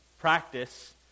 practice